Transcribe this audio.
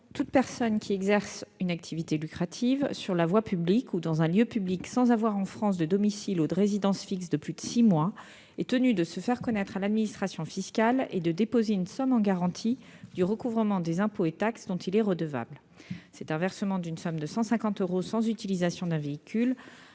tout individu qui exerce une activité lucrative sur la voie publique ou dans un lieu public sans avoir en France de domicile ou de résidence fixe depuis plus de six mois est tenu de se faire connaître à l'administration fiscale et de déposer une somme en garantie du recouvrement des impôts et taxes dont il est redevable. Le versement est de 150 euros sans utilisation d'un véhicule,